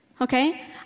okay